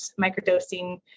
microdosing